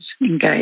engaged